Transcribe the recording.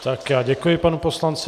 Tak, já děkuji panu poslanci.